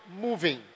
moving